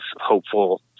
hopeful